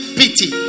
pity